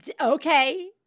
Okay